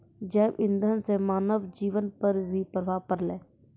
जैव इंधन से मानव जीबन पर भी प्रभाव पड़लै